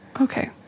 Okay